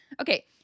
okay